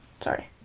sorry